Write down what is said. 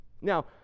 Now